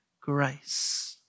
grace